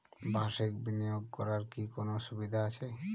বাষির্ক বিনিয়োগ করার কি কোনো সুবিধা আছে?